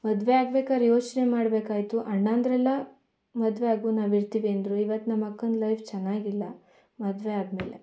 ಮದುವೆ ಆಗ್ಬೇಕಾದ್ರೆ ಯೋಚನೆ ಮಾಡಬೇಕಾಗಿತ್ತು ಅಣ್ಣಂದಿರೆಲ್ಲ ಮದುವೆ ಆಗು ನಾವು ಇರ್ತೀವಿ ಅಂದ್ರು ಈವತ್ತು ನಮ್ಮಕ್ಕನ ಲೈಫ್ ಚೆನ್ನಾಗಿಲ್ಲ ಮದುವೆ ಆದ್ಮೇಲೆ